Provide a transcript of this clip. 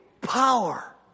power